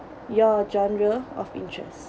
your genre of interests